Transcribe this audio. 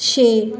ਛੇ